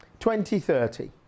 2030